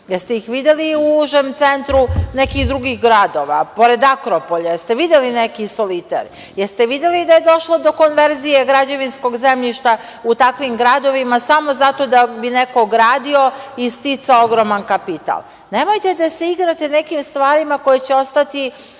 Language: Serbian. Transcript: ste ih videli u užem centru nekih drugih gradova? Da li ste videli neki soliter pored Akropolja? Jeste li videli da je došlo do konverzije građevinskog zemljišta u takvim gradovima samo zato da bi neko gradio i sticao ogroman kapital? Nemojte da se igrate nekim stvarima koje će ostati